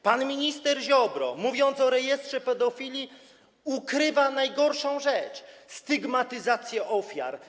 Pan minister Ziobro, mówiąc o rejestrze pedofilii, ukrywa najgorszą rzecz - stygmatyzację ofiar.